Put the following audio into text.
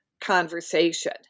conversation